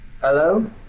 Hello